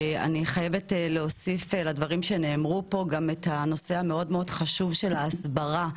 אני חייבת להוסיף לדברים שנאמרו פה גם את הנושא החשוב מאוד של ההסברה,